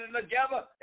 together